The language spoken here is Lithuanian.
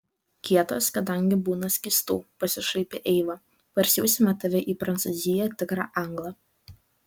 kietas kadangi būna skystų pasišaipė eiva parsiųsime tave į prancūziją tikrą anglą